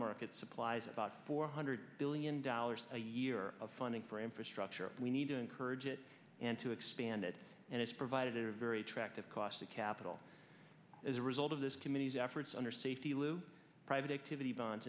market supplies about four hundred billion dollars a year of funding for infrastructure we need to encourage it and to expand it and it's provided a very attractive cost of capital as a result of this committee's efforts under safety lou private activity b